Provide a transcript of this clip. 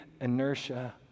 inertia